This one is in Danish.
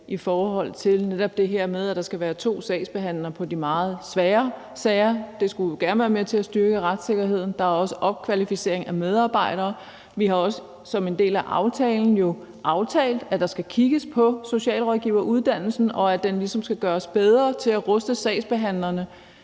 i forhold til netop det her med, at der skal være to sagsbehandlere på de meget svære sager. Det skulle gerne være med til at styrke retssikkerheden. Der er også opkvalificering af medarbejdere, og vi har også som en del af aftalen jo aftalt, at der skal kigges på socialrådgiveruddannelsen, og at den ligesom skal gøres bedre til at ruste sagsbehandlerne